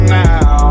now